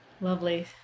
Lovely